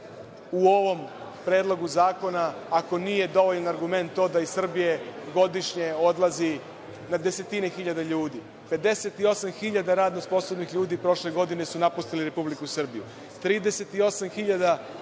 u ovom Predlogu zakona ako nije dovoljan argument to da iz Srbije godišnje odlazi na desetine hiljada ljudi. Pedeset osam hiljada radno sposobnih ljudi prošle godine su napustili Republiku Srbiju.